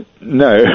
No